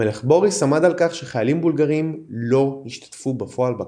המלך בוריס עמד על כך שחיילים בולגרים לא ישתתפו בפועל בקרבות.